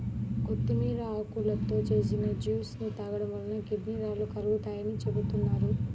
కొత్తిమీర ఆకులతో చేసిన జ్యూస్ ని తాగడం వలన కిడ్నీ రాళ్లు కరుగుతాయని చెబుతున్నారు